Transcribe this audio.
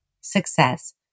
success